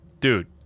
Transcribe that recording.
dude